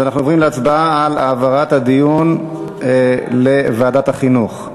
אז אנחנו עוברים להצבעה על העברת הדיון לוועדת החינוך.